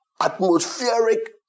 atmospheric